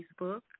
Facebook